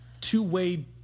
two-way